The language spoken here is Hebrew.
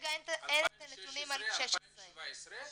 כרגע אין את הנתונים על 2016. 2016, 2017,